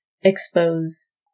expose